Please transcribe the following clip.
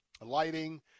lighting